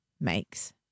makes